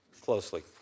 closely